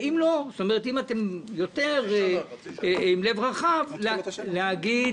ואם לא, זאת אומרת שאתם עם לב רחב יותר להגיד: